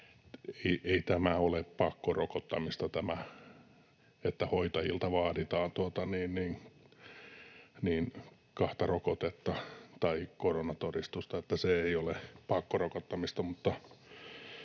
ei tämä ole pakkorokottamista — eli se, että hoitajilta vaaditaan kahta rokotetta tai koronatodistusta, ei ole pakkorokottamista.